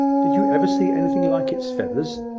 did you ever see anything like its feathers?